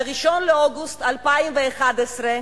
ב-1 באוגוסט 2011,